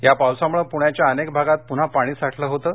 या पावसामुळे पूण्याच्या अनेक भागात पुन्हा पाणी साठलं होतं